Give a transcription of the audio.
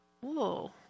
whoa